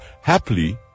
Happily